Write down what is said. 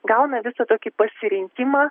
gauna visą tokį pasirinkimą